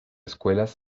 escuelas